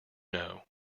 know